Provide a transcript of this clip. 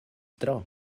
tro